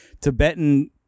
Tibetan